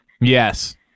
Yes